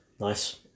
Nice